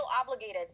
obligated